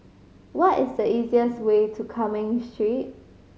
what is the easiest way to Cumming Street